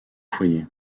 foyer